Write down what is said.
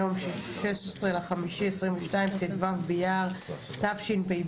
היום 16.5.22, ט"ו באייר תשפ"ב.